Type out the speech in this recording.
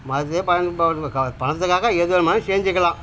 மதத்தையே பயன்படுத்துவதற்காக பணத்துக்காக எது வேணுமாலும் செஞ்சுக்கலாம்